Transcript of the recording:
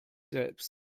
selbst